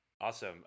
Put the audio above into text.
Awesome